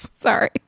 sorry